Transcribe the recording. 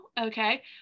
okay